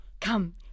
Come